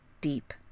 deep